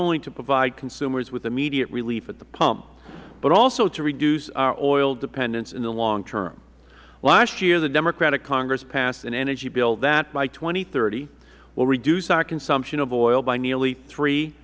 only to provide consumers with immediate relief at the pump but also to reduce our oil dependence in the long term last year the democratic congress passed an energy bill that by two thousand and thirty will reduce our consumption of oil by nearly three